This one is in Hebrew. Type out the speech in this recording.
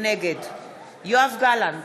נגד יואב גלנט,